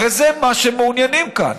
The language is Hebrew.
הרי זה מה שמעוניינים כאן.